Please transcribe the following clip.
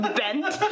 bent